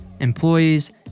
employees